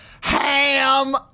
HAM